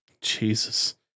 Jesus